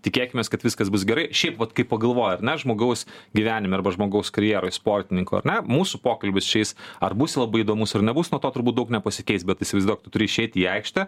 tikėkimės kad viskas bus gerai šiaip vat kai pagalvoji ar ne žmogaus gyvenime arba žmogaus karjeroj sportininko ar ne mūsų pokalbis čia jis ar bus labai įdomus ar nebus nuo to turbūt daug nepasikeis bet įsivaizduok tu turi išeiti į aikštę